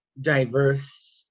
diverse